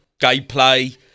gameplay